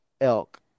elk